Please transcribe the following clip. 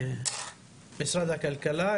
משרד הכלכלה,